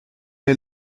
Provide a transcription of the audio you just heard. est